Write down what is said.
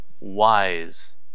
Wise